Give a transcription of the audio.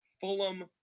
Fulham